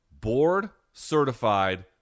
board-certified